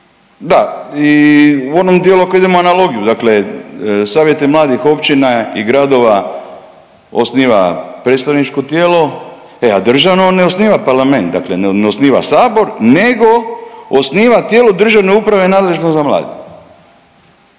da i u onom dijelu koji idemo analogiju, dakle savjete mladih općina i gradova osniva predstavničko tijelo, a državno ne osniva parlament, dakle ne osniva Sabor nego osniva tijelo državne uprave nadležno za mlade.